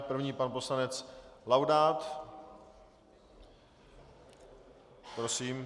První pan poslanec Laudát, prosím.